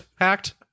hacked